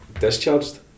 Discharged